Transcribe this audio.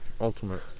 ultimate